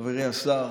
חברי השר,